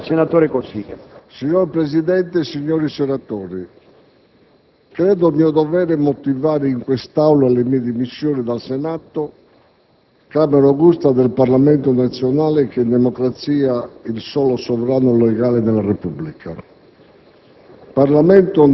la parola a lei, senatore Cossiga. COSSIGA *(Misto)*. Signor Presidente, signori senatori, credo mio dovere motivare in quest'Aula le mie dimissioni dal Senato, Camera augusta del Parlamento nazionale che è in democrazia il solo "sovrano legale" nella Repubblica,